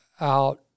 out